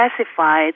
specified